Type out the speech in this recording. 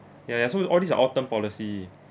yes all these are all term policy